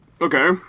Okay